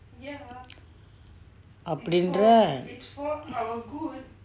அப்டிங்கற:aptinkara